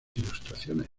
ilustraciones